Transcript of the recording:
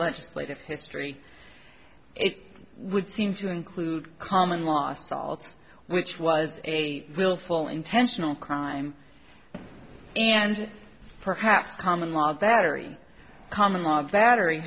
legislative history it would seem to include common law salts which was a willful intentional crime and perhaps common law that every common law battery